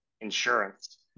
insurance